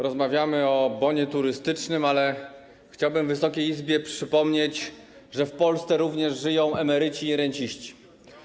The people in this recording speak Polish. Rozmawiamy o bonie turystycznym, ale chciałbym Wysokiej Izbie przypomnieć, że w Polsce żyją również emeryci i renciści.